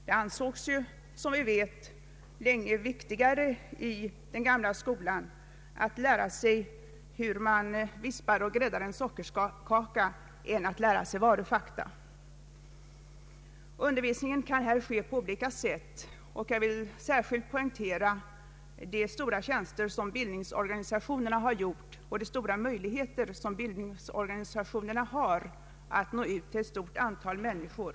Det ansågs ju länge, som vi vet, att det var viktigare i den gamla skolan att lära sig hur man vispar ihop och gräddar en sockerkaka än att lära sig varufakta. Undervisningen kan här ske på olika sätt. Jag vill särskilt poängtera de stora tjänster som bildningsorganisationerna har gjort i detta fall och de stora möjligheter som bildningsorganisationerna har att nå ut till ett stort antal människor.